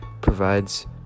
provides